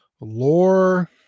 lore